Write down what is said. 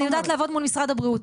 אני יודעת לעבוד מול משרד הבריאות,